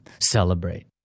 celebrate